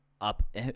up